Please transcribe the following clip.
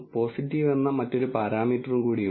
positive എന്ന മറ്റൊരു പരാമീറ്ററും കൂടി ഉണ്ട്